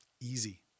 Easy